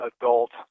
adult